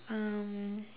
um